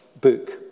book